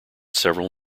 several